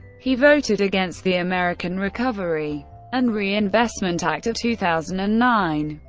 he voted against the american recovery and reinvestment act of two thousand and nine.